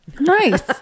Nice